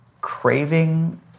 craving